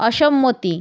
অসম্মতি